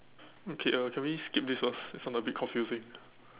okay uh can we skip this first this one a bit confusing